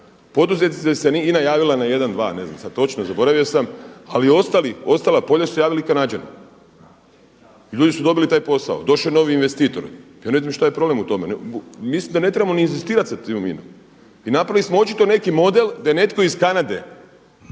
poduzetnicima, da se INA javila na jedan, dva ne znam sada točno zaboravio sam, ali za ostala polja su se javili Kanađani i ljudi su dobili taj posao, došao je novi investitor. Ja ne vidim šta je problem u tome, mislim da ne trebamo ni inzistirati … i napravili smo očito neki model da je netko iz Kanade